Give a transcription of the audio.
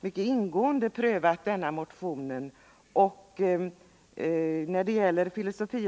mycket ingående har prövat motion 1175. När det gäller fil.